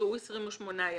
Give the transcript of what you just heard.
יקראו 28 ימים.